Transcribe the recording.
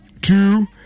two